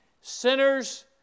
Sinners